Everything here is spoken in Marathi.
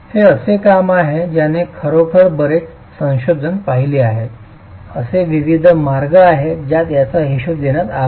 हे असे काम आहे ज्याने खरोखर बरेच संशोधन पाहिले आहेतर असे विविध मार्ग आहेत ज्यात याचा हिशोब देण्यात आला आहे